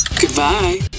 Goodbye